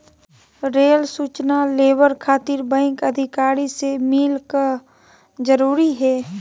Rail सूचना labour खातिर bank अधिकारी से मिलक जरूरी है?